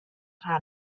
rhan